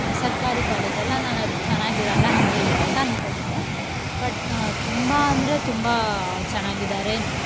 ಸರ್ಕಾರಿ ಕಾಲೇಜ್ ಅಲ್ಲಾ ನಾನು ಅದು ಚೆನ್ನಾಗಿರಲ್ಲ ಹಾಗೆ ಹೀಗೆ ಅಂತ ಅನ್ಕೊಂಡಿದ್ದೆ ಬಟ್ ತುಂಬ ಅಂದರೆ ತುಂಬ ಚೆನ್ನಾಗಿದ್ದಾರೆ